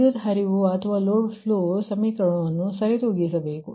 ವಿದ್ಯುತ್ ಹರಿವು ಅಥವಾ ಲೋಡ್ ಫ್ಲೋ ಸಮೀಕರಣವನ್ನು ಸರಿತೂಗಿಸಬೇಕು